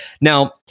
Now